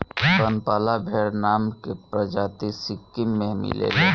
बनपाला भेड़ नाम के प्रजाति सिक्किम में मिलेले